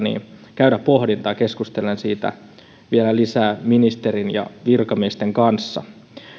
käydä pohdintaa keskustelen siitä vielä lisää ministerin ja virkamiesten kanssa